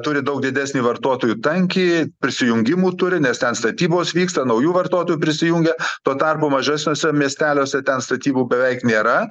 turi daug didesnį vartotojų tankį prisijungimų turi nes ten statybos vyksta naujų vartotojų prisijungia tuo tarpu mažesniuose miesteliuose ten statybų beveik nėra